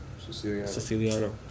Ceciliano